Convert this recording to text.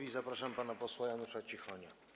I zapraszam pana posła Janusza Cichonia.